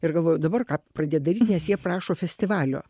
ir galvoju dabar ką pradėt daryt nes jie prašo festivalio